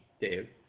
Dave